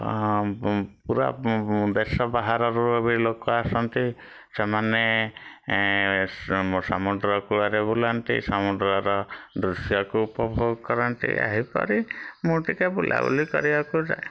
ଅ ପୁ ପୁରା ଦେଶ ବାହାରରୁ ବି ଲୋକ ଆସନ୍ତି ସେମାନେ ସମୁ ସମୁଦ୍ରକୂଳରେ ବୁଲନ୍ତି ସମୁଦ୍ରର ଦୃଶ୍ୟ କୁ ଉପଭୋଗ କରନ୍ତି ଏହିପରି ମୁଁ ଟିକେ ବୁଲା ବୁଲି କରିବାକୁ ଯାଏ